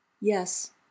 Yes